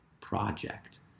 project